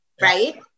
Right